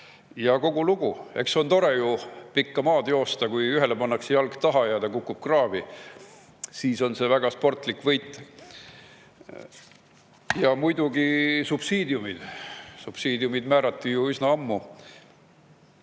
Ja kogu lugu. On ju tore pikka maad joosta, kui ühele pannakse jalg taha ja ta kukub kraavi – siis on võit väga sportlik. Ja muidugi subsiidiumid: subsiidiumid määrati ju üsna ammu.